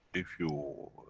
if you.